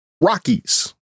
Rockies